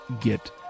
get